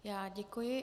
Já děkuji.